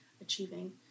achieving